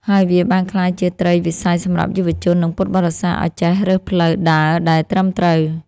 ហើយវាបានក្លាយជាត្រីវិស័យសម្រាប់យុវជន និងពុទ្ធបរិស័ទឱ្យចេះរើសផ្លូវដើរដែលត្រឹមត្រូវ។